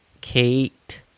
Kate